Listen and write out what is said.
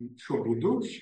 šiuo būdu